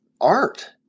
art